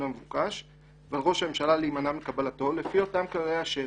המבוקש ועל ראש הממשלה להימנע מקבלתו לפי אותם כללי אשר.